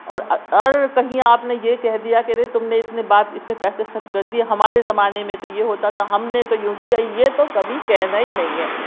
اور اور کہیں آپ نے یہ کہہ دیا کہ ارے تم نے اتنے بات اتنے پیسے خرچ کر دیئے ہمارے زمانے میں تو یہ ہوتا تھا ہم نے تو یوں کیا یہ تو کبھی کہنا ہی نہیں ہے